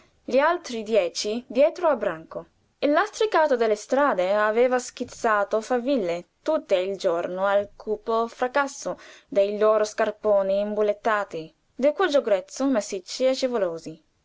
gli altri dieci dietro a branco il lastricato delle strade aveva schizzato faville tutto il giorno al cupo fracasso dei loro scarponi imbullettati di cuojo grezzo massicci e